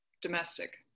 domestic